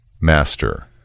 master